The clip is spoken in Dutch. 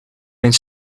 mijn